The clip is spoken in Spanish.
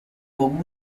con